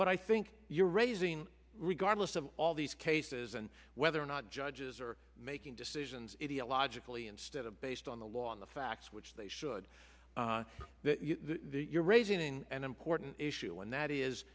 but i think you're raising regardless of all these cases and whether or not judges are making decisions ideologically instead of based on the law on the facts which they should you're raising an important issue and that is